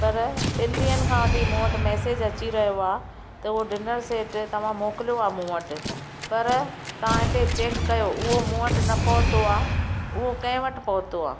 पर ॿिनि ॾींहनि खां मूं वटि मैसेज़ अची रहियो आ त हू डिनर सेट तव्हां मोकिलियो आ मूं वटि पर तव्हां हिते चेक कयो उहो मूं वटि न पहुतो आ उहो किंहिं वटि पहुतो आ